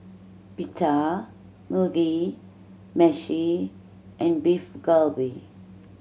Pita Mugi Meshi and Beef Galbi